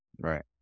right